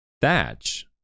thatch